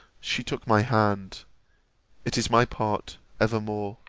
she took my hand it is my part evermore,